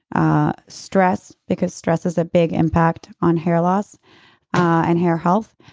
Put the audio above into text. ah stress because stress has a big impact on hair loss and hair health,